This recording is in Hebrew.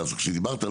כשדיברת,